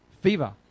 fever